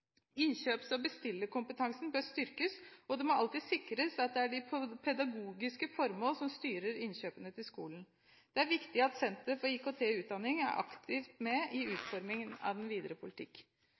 Innkjøps- og bestillerkompetansen bør styrkes, og det må alltid sikres at det er de pedagogiske formål som styrer innkjøpene til skolen. Det er viktig at Senter for IKT i utdanningen er aktivt med i